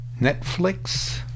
Netflix